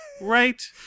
right